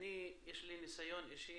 יש לי ניסיון אישי